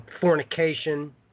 fornication